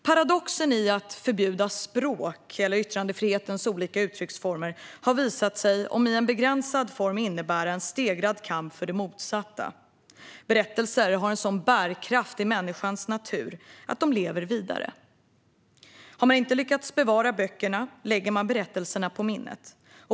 Paradoxen i att förbjuda språk eller yttrandefrihetens olika uttrycksformer har visat sig, om än i begränsad form, innebära en stegrad kamp för det motsatta. Berättelser har en sådan bärkraft i människans natur att de lever vidare. Har man inte lyckats bevara böckerna lägger man berättelserna på minnet.